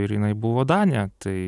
ir jinai buvo danė tai